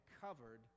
covered